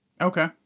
Okay